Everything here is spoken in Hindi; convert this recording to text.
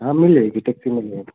हाँ मिल जाएगी टेक्सी मिल जाएगी